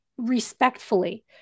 respectfully